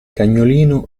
cagnolino